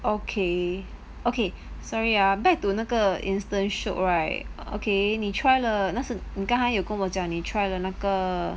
okay okay sorry ah back to 那个 instance shiok right okay 你 try 了那时你刚才有跟我讲你 try 的那个